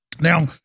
Now